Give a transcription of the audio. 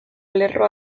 lerro